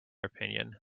opinion